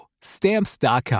Stamps.com